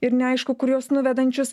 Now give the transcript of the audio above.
ir neaišku kur juos nuvedančius